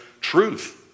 truth